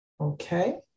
Okay